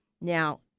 Now